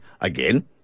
Again